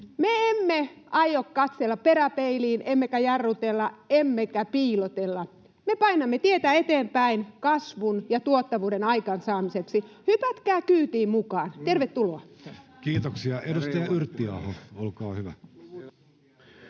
Me emme aio katsella peräpeiliin emmekä jarrutella emmekä piilotella. Me painamme tietä eteenpäin kasvun ja tuottavuuden aikaansaamiseksi. [Pia Viitanen: Miinus 50 000 on avainsana!] Hypätkää kyytiin mukaan, tervetuloa. Kiitoksia. — Edustaja Yrttiaho, olkaa hyvä.